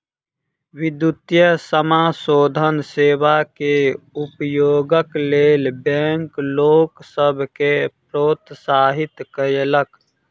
विद्युतीय समाशोधन सेवा के उपयोगक लेल बैंक लोक सभ के प्रोत्साहित कयलक